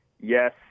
yes